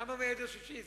למה מהילד השלישי?